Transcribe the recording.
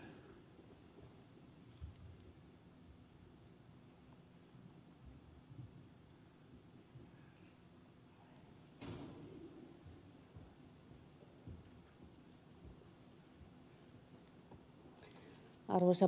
arvoisa puhemies